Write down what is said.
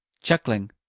chuckling